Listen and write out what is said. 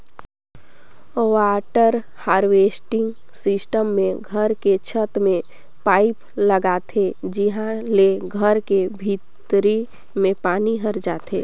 water harvesting system मे घर के छत में पाईप लगाथे जिंहा ले घर के भीतरी में पानी हर जाथे